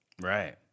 Right